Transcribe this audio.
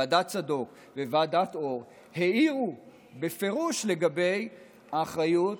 ועדת צדוק וועדת אור העירו בפירוש לגבי האחריות